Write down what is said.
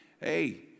hey